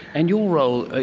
and your role,